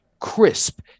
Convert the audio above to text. crisp